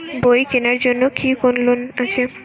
বই কেনার জন্য কি কোন লোন আছে?